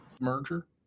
merger